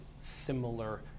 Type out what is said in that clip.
similar